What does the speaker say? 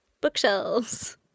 Bookshelves